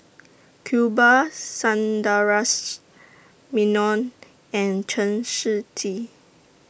Iqbal Sundaresh Menon and Chen Shiji